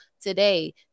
today